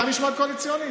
הייתה משמעת קואליציונית?